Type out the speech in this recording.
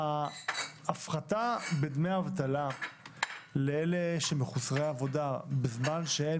שההפחתה בדמי אבטלה למחוסרי עבודה בזמן שהם